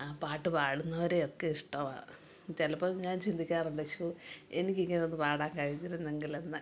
ആ പാട്ട് പാടുന്നവരെയൊക്കെ ഇഷ്ടമാണ് ചിലപ്പോള് ഞാൻ ചിന്തിക്കാറുണ്ട് ശൊ എനിക്ക് ഇങ്ങനെ ഒന്ന് പാടാൻ കഴിഞ്ഞിരുന്നെങ്കിലെന്ന്